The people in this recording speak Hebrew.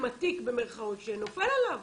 עם "התיק" שנופל עליו.